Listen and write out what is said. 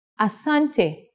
asante